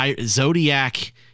Zodiac